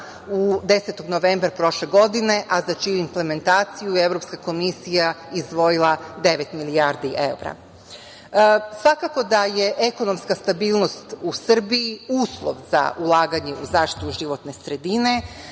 10. novembra prošle godine, a za čiju implementaciju Evropska komisija je izdvojila devet milijardi evra. Svakako da je ekonomska stabilnost u Srbiji uslov za ulaganje u zaštitu životne sredine